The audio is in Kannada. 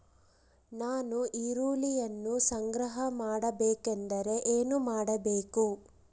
ನಾನು ಈರುಳ್ಳಿಯನ್ನು ಸಂಗ್ರಹ ಮಾಡಬೇಕೆಂದರೆ ಏನು ಮಾಡಬೇಕು?